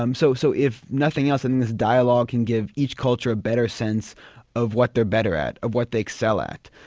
um so so if nothing else, and this dialogue can give each culture a better sense of what they're better at, of what they excel at,